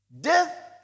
Death